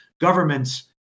governments